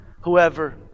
whoever